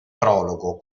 prologo